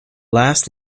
last